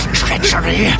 treachery